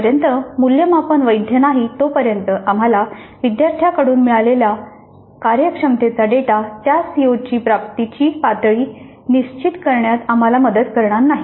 जोपर्यंत मूल्यमापन वैध नाही तोपर्यंत आम्हाला विद्यार्थ्यांकडून मिळालेला कार्यक्षमता डेटा त्या सीओची प्राप्तीची पातळी निश्चित करण्यात आम्हाला मदत करणार नाही